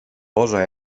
posa